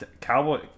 Cowboy